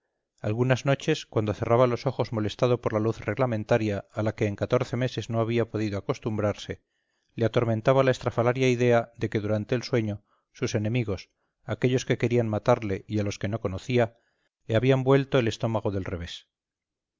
algunas noches cuando cerraba los ojos molestado por la luz reglamentaria a la que en catorce meses no había podido acostumbrarse le atormentaba la estrafalaria idea de que durante el sueño sus enemigos aquellos que querían matarle y a los que no conocía le habían vuelto el estómago del revés